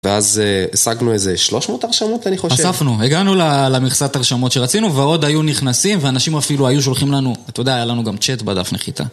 ואז השגנו איזה שלוש מאות הרשמות אני חושב, אספנו, הגענו למכסת ההרשמות שרצינו ועוד היו נכנסים ואנשים אפילו היו שולחים לנו, אתה יודע היה לנו גם צ'אט בדף נחיתה